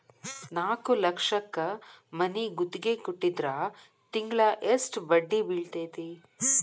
ನಾಲ್ಕ್ ಲಕ್ಷಕ್ ಮನಿ ಗುತ್ತಿಗಿ ಕೊಟ್ಟಿದ್ರ ತಿಂಗ್ಳಾ ಯೆಸ್ಟ್ ಬಡ್ದಿ ಬೇಳ್ತೆತಿ?